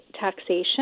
taxation